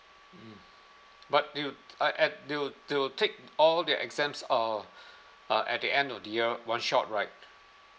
mmhmm but do you uh and and do you do you take all the exams or uh at the end of the year one shot right